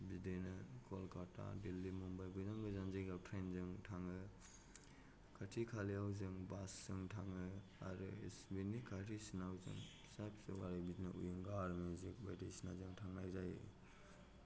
बिदिनो कलकाता दिल्ली मुम्बाइ गोजान गोजान जायगायाव ट्रेनजों थाङो खाथि खालायावबो जों बासजों थाङो आरो बिनि खाथि सिनाव जोङो फिसा फिसौ गारि बिदिनो उइनगार गारि बायदिसिनाजों थांनाय जायो